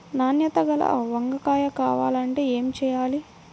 నాణ్యత గల వంగ కాయ కావాలంటే ఏమి చెయ్యాలి?